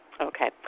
Okay